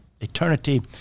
eternity